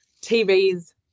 TVs